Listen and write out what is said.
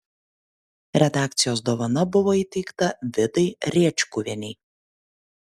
redakcijos dovana buvo įteikta vidai rėčkuvienei